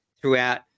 throughout